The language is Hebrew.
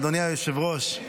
אדוני היושב-ראש,